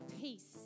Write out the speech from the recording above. peace